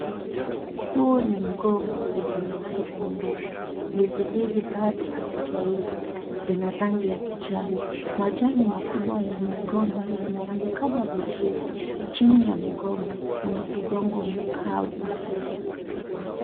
Huu ni mgomba wenye ndizi nyingi. Ndizi hizi bado hazijaiva. Zina rangi ya kijani. Majani makubwa ya migomba yanaonekana vizuri. Chini ya mgomba kuna udongo mkavu.